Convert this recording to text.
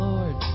Lord